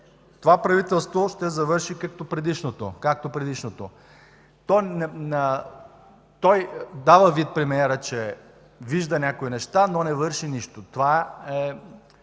това правителство ще завърши както предишното. Премиерът дава вид, че вижда някои неща, но не върши нищо. Това е